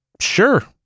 sure